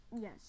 Yes